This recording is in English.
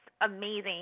amazing